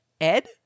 Ed